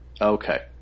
Okay